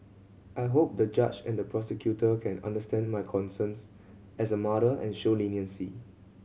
I hope the judge and the prosecutor can understand my concerns as a mother and show leniency